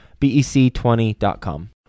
BEC20.com